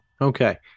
Okay